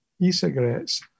e-cigarettes